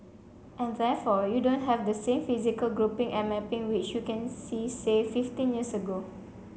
and therefore you don't have the same physical grouping and mapping which you can see say fifteen years ago